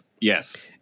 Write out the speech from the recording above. Yes